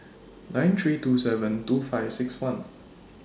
nine three two seven two five six one